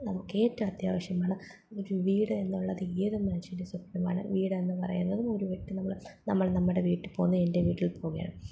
നമുക്ക് ഏറ്റവും അത്യാവശ്യമാണ് ഒരു വീട് എന്നുള്ളത് ഏത് മനുഷ്യൻ്റെയും സ്വപ്നമാണ് വീട് എന്ന് പറയുന്നതും ഒരു വട്ടം നമ്മൾ നമ്മൾ നമ്മുടെ വീട്ടിൽ പോകുന്ന എൻ്റെ വീട്ടിൽ പോവുകയാണ്